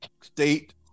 state